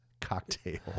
cocktail